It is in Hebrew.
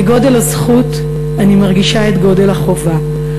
כגודל הזכות אני מרגישה את גודל החובה.